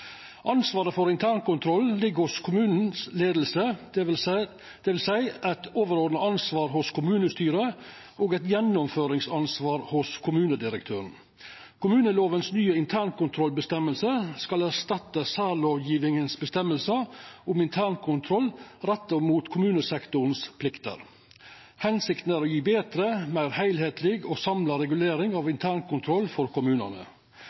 Ansvaret for internkontrollen ligg hos leiinga i kommunen, dvs. eit overordna ansvar hos kommunestyret og eit gjennomføringsansvar hos kommunedirektøren. Kommunelovens nye internkontrollregel skal erstatta føresegnene i særlovgjevinga om internkontroll retta mot pliktene til kommunesektoren. Føremålet er å gje ei betre, meir heilskapleg og samla regulering av internkontrollen for kommunane.